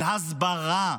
של הסברה.